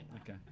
Okay